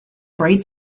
bright